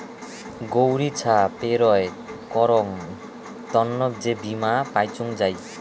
গৌড়ি ছা পেরোয় করং তন্ন যে বীমা পাইচুঙ যাই